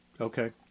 Okay